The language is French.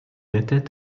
était